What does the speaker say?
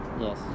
yes